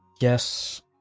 Yes